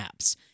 apps